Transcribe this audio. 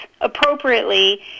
appropriately